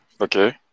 Okay